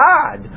God